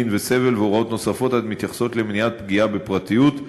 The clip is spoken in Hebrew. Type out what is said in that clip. מין וסבל והוראות נוספות המתייחסות למניעת פגיעה בפרטיות,